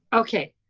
okay,